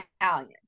Italian